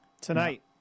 Tonight